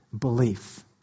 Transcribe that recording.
belief